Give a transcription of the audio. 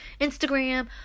Instagram